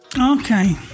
Okay